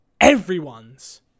everyone's